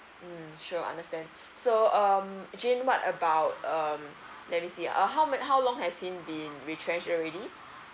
mm sure understand so um jane what about um let me see uh how many how long has seen the retrench already